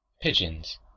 Pigeons